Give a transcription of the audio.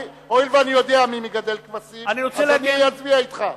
הואיל ואני יודע מי מגדל כבשים, אז אני אצביע אתך.